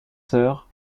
soeurs